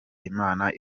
imana